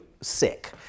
sick